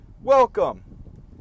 Welcome